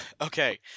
Okay